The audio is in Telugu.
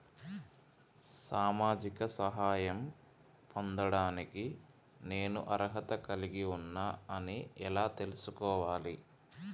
సామాజిక సహాయం పొందడానికి నేను అర్హత కలిగి ఉన్న అని ఎలా తెలుసుకోవాలి?